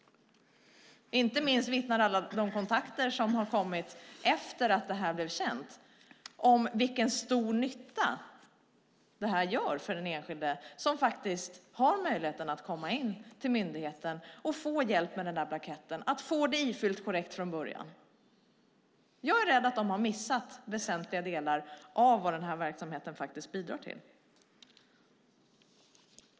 Inte minst vittnar alla kontakter efter att detta blev känt om vilken stor nytta det gör för den enskilde att kunna komma in till myndigheten och få hjälp med att fylla i blanketten korrekt från början. Jag tror att Försäkringskassan har missat väsentliga delar av vad denna verksamhet bidrar med.